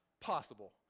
possible